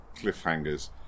Cliffhangers